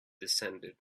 descended